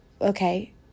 okay